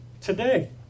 today